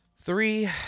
Three